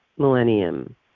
Millennium